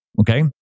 Okay